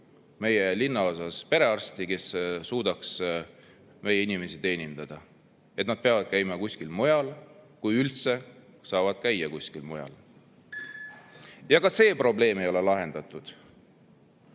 meie linnaosas perearsti, kes suudaks meie inimesi teenindada, miks nad peavad käima kuskil mujal, kui nad üldse saavad käia kuskil mujal. Ka see probleem ei ole lahendatud.